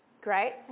Great